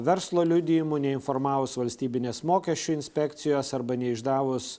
verslo liudijimų neinformavus valstybinės mokesčių inspekcijos arba neišdavus